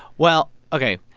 well, ok.